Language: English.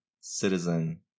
citizen